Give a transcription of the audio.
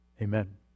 Amen